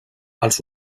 els